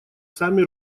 сами